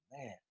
man